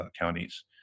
counties